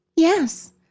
Yes